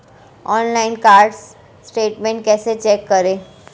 Online card statement कैसे check करें?